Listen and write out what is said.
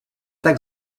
tak